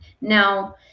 Now